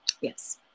Yes